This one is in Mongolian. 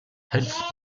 хальс